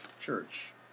church